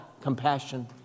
compassion